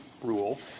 rule